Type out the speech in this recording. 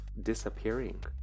disappearing